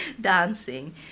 dancing